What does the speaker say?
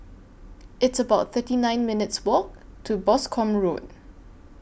It's about thirty nine minutes' Walk to Boscombe Road